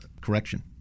correction